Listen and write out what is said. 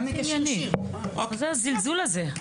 מה זה הזלזול הזה?